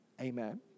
Amen